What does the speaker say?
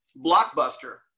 Blockbuster